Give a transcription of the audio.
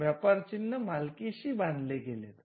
व्यापारचिन्ह मालकीशी बांधले गेलेत